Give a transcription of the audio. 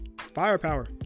firepower